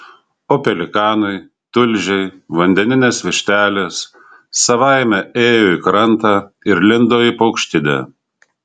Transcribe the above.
o pelikanai tulžiai vandeninės vištelės savaime ėjo į krantą ir lindo į paukštidę